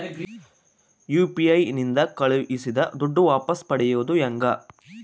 UPI ನಿಂದ ಕಳುಹಿಸಿದ ದುಡ್ಡು ವಾಪಸ್ ಪಡೆಯೋದು ಹೆಂಗ?